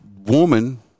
woman